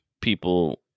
people